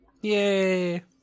Yay